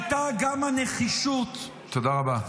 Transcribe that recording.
-- שמורשת רבין הייתה גם הנחישות -- תודה רבה.